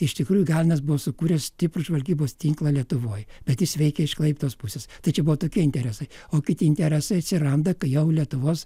iš tikrųjų galinas buvo sukūręs stiprų žvalgybos tinklą lietuvoj bet jis veikė iš klaipėdos pusės tai čia buvo tokie interesai o kiti interesai atsiranda kai jau lietuvos